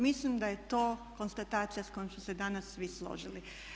Mislim da je to konstatacija s kojom su se danas svi složili.